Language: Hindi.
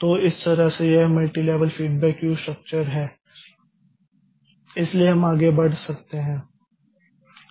तो इस तरह से यह मल्टीलेवल फीडबैक क्यू स्ट्रक्चर है इसलिए हम आगे बढ़ सकते हैं